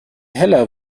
heller